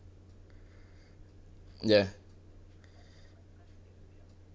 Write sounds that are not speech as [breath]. [breath] ya [breath]